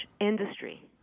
industry